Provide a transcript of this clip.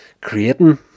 creating